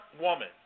woman